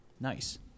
Nice